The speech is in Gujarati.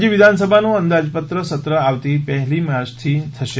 રાજ્ય વિધાનસભનું અંદાજપત્ર સત્ર આવતી પહેલી માર્ચથી થશે